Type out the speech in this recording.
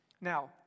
Now